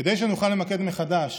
כדי שנוכל למקד מחדש